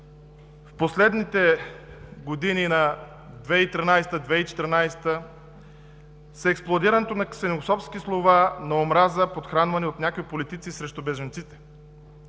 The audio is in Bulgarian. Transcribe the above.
в последните години – 2013, 2014 г., с експлоатирането на ксенофобски слова, на омраза, подхранвани от някои политици срещу бежанците.